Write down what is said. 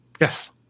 Yes